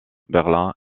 berlin